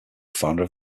founder